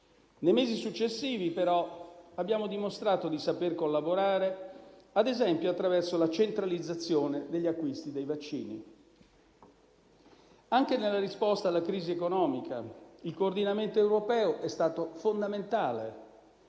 Nei mesi successivi, però, abbiamo dimostrato di saper collaborare, ad esempio attraverso la centralizzazione degli acquisti dei vaccini. Anche nella risposta alla crisi economica, il coordinamento europeo è stato fondamentale,